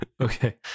Okay